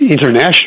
international